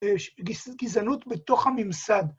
גזענות בתוך הממסד.